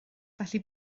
felly